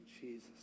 Jesus